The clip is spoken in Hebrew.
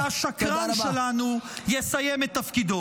-- והשקרן שלנו יסיים את תפקידו.